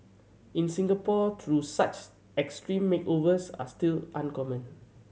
in Singapore though such extreme makeovers are still uncommon